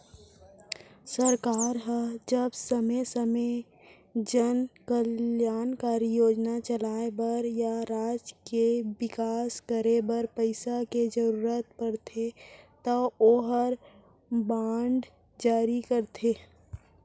सरकार ह जब समे समे जन कल्यानकारी योजना चलाय बर या राज के बिकास करे बर पइसा के जरूरत परथे तौ ओहर बांड जारी करथे